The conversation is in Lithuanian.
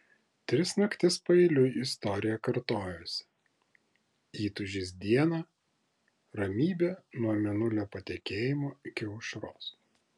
tris naktis paeiliui istorija kartojosi įtūžis dieną ramybė nuo mėnulio patekėjimo iki aušros